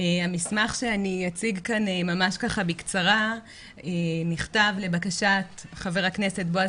המסמך שאציג כאן ממש בקצרה נכתב לבקשת ח"כ בועז